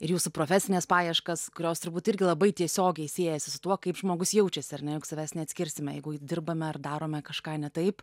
ir jūsų profesines paieškas kurios turbūt irgi labai tiesiogiai siejasi su tuo kaip žmogus jaučiasi ar ne jog savęs neatskirsime jeigu dirbame ar darome kažką ne taip